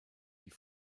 die